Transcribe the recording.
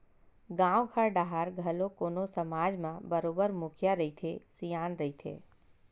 गाँव घर डाहर घलो कोनो समाज म बरोबर मुखिया रहिथे, सियान रहिथे